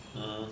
ha